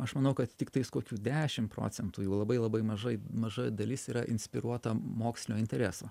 aš manau kad tiktais kokių dešim procentų jų labai labai mažai maža dalis yra inspiruota mokslinio intereso